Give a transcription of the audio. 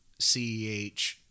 CEH